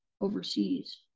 overseas